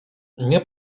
nie